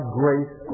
grace